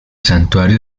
santuario